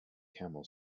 camel